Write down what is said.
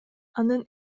анын